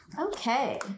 Okay